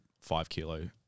five-kilo